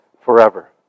forever